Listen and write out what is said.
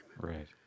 right